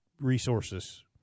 resources